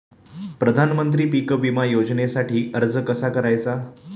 प्रधानमंत्री पीक विमा योजनेसाठी अर्ज कसा करायचा?